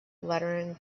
lettering